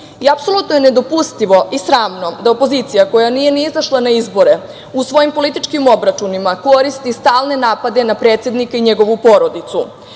džep. Apsolutno je nedopustivo i sramno da opozicija koja nije ni izašla na izbore u svojim političkim obračunima koristi stalne napade na predsednika i njegovu porodicu.